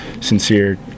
sincere